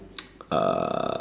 uh